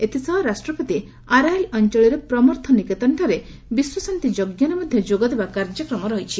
ଏଥିସହ ରାଷ୍ଟ୍ରପତି ଆରାଏଲ ଅଞ୍ଚଳରେ ପ୍ରମର୍ଥ ନିକେତନଠାରେ ବିଶ୍ୱଶାନ୍ତି ଯଜ୍ଞରେ ମଧ୍ୟ ଯୋଗଦେବା କାର୍ଯ୍ୟକ୍ରମ ରହିଛି